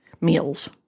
meals